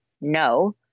no